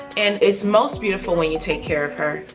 and it's most beautiful when you take care of her.